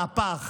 מהפך,